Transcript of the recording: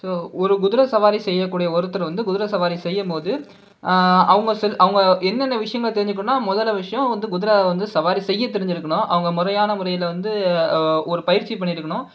so ஒரு குதிரை சவாரி செய்யக்கூடிய ஒருத்தர் வந்து குதிரை சவாரி செய்யும் போது அவங்க அவங்க என்னன்ன விஷயங்கள் தெரிஞ்சிக்கணும்னால் முதல்ல விஷயம் குதிரை சவாரி செய்ய தெரிஞ்சிருக்கணும் அவங்க முறையான முறையில் வந்து ஒரு பயிற்சி பண்ணியிருக்கணும்